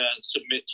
submit